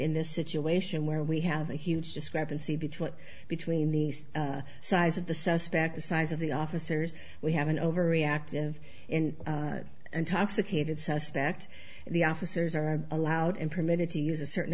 in this situation where we have a huge discrepancy between between the size of the suspect the size of the officers we have an overreactive and intoxicated suspect the officers are allowed in permitted to use a certain